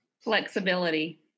Flexibility